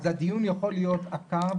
אז הדיון יכול להיות עקר,